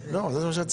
אושר.